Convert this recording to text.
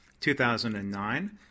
2009